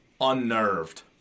unnerved